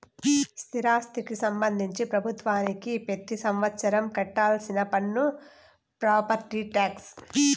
స్థిరాస్తికి సంబంధించి ప్రభుత్వానికి పెతి సంవత్సరం కట్టాల్సిన పన్ను ప్రాపర్టీ టాక్స్